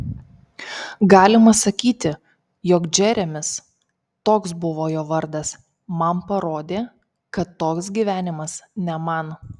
galima sakyti jog džeremis toks buvo jo vardas man parodė kad toks gyvenimas ne man